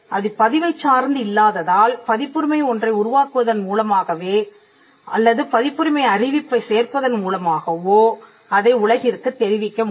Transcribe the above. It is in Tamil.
அது பதிவைச் சார்ந்து இல்லாததால் பதிப்புரிமை ஒன்றை உருவாக்குவதன் மூலமாகவோ அல்லது பதிப்புரிமை அறிவிப்பை சேர்ப்பதன் மூலமாகவோ அதை உலகிற்குத் தெரிவிக்க முடியும்